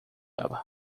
ela